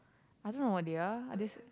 I don't know what they are are this